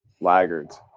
laggards